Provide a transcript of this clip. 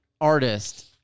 artist